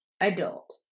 adult